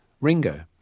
Ringo